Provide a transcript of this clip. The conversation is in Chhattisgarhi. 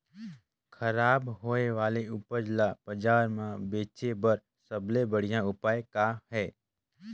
खराब होए वाले उपज ल बाजार म बेचे बर सबले बढ़िया उपाय का हे?